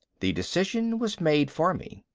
the decision was made for me.